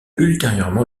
ultérieurement